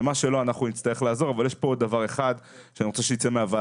יש עוד דבר אחרון: